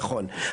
נכון.